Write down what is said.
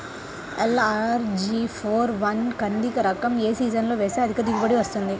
LRG four one కంది రకం ఏ సీజన్లో వేస్తె అధిక దిగుబడి వస్తుంది?